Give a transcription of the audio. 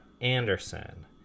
Anderson